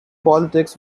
politics